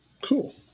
Cool